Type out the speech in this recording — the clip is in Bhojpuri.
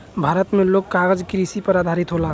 भारत मे लोग कागज कृषि पर आधारित होला